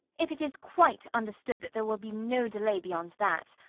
if it is quite understood that there will be no delay beyond that.